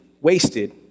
wasted